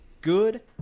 good